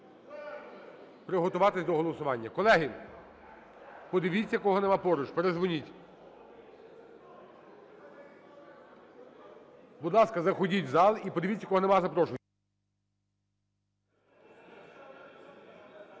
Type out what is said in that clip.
приготуватись до голосування. Колеги, подивіться, кого нема поруч, передзвоніть. Будь ласка, заходіть в зал і подивіться, кого нема.